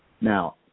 Now